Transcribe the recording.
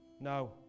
No